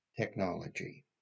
technology